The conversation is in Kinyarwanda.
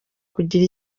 kugira